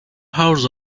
hours